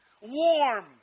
warm